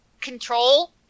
control